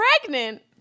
pregnant